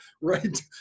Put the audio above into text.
right